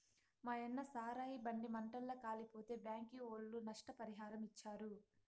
మాయన్న సారాయి బండి మంటల్ల కాలిపోతే బ్యాంకీ ఒళ్ళు నష్టపరిహారమిచ్చారు